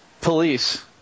Police